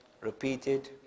repeated